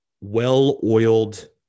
well-oiled